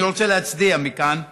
אני רוצה להצדיע מכאן למפגינים,